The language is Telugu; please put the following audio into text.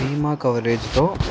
బీమా కవరేజ్లో